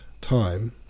time